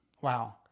wow